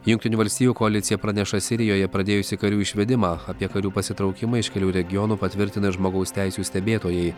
jungtinių valstijų koalicija praneša sirijoje pradėjusi karių išvedimą apie karių pasitraukimą iš kelių regionų patvirtina ir žmogaus teisių stebėtojai